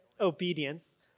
obedience